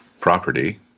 property